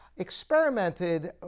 experimented